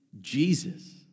Jesus